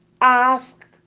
ask